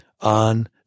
on